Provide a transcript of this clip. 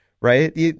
right